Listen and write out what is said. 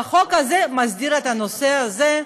והחוק הזה מסדיר את הנושא הזה.